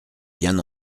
bien